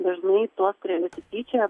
dažnai tuos kurie nesityčioja